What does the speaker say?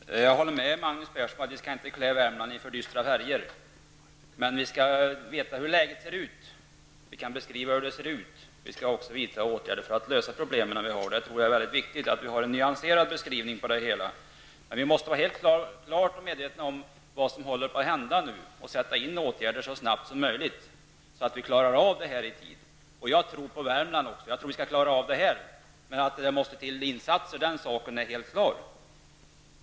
Herr talman! Jag håller med Magnus Persson om att vi inte skall klä Värmland i för dystra färger. Men vi skall veta hur läget är. Vi skall också vidta åtgärder för att lösa problemen där. Det är viktigt att vi har en nyanserad beskrivning av situationen. Vi måste emellertid vara klart medvetna om vad som håller på att hända och sätta in åtgärder så snabbt som möjligt så att vi klarar av detta i tid. Jag tror på Värmland. Men att det måste till insatser är helt klart.